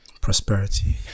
prosperity